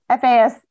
FAS